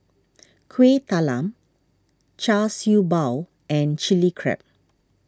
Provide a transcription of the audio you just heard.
Kuih Talam Char Siew Bao and Chilli Crab